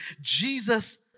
Jesus